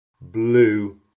Blue